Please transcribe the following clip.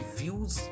views